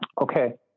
Okay